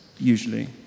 usually